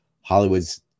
Hollywood's